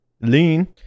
lean